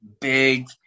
big